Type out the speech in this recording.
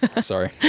sorry